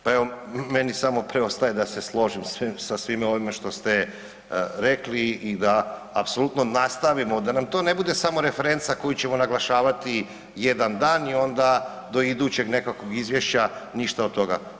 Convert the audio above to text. Pa evo meni samo preostaje da se složim sa svime ovime što ste rekli i da apsolutno nastavimo, da nam to ne bude samo referenca koju ćemo naglašavati jedan dan i onda do idućeg nekakvog izvješća ništa od toga.